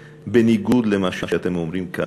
שבניגוד למה שאתם אומרים כאן,